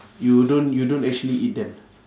you don't you don't actually eat them